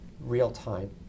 real-time